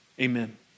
amen